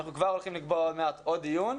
אנחנו כבר הולכים לקבוע עוד מעט עוד דיון,